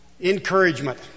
Encouragement